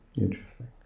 Interesting